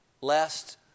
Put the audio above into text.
lest